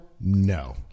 no